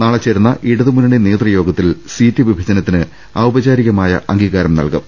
നാളെച്ചേരുന്ന ഇടതുമുന്നണി നേതൃയോഗത്തിൽ സീറ്റ് വിഭജനത്തിന് ഔപചാരികമായി അംഗീകാരം നൽകും